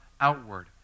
outward